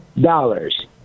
dollars